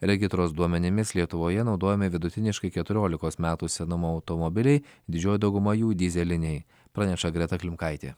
regitros duomenimis lietuvoje naudojami vidutiniškai keturiolikos metų senumo automobiliai didžioji dauguma jų dyzeliniai praneša greta klimkaitė